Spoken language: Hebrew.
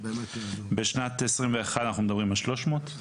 בשנת 2021 אנחנו מדברים על 300,